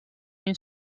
une